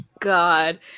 god